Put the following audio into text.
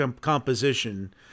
composition